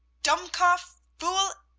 dummkopf, fool,